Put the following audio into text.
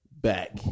back